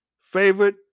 favorite